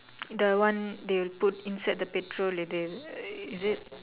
the one they will put inside the petrol இது:ithu is it